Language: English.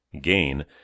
gain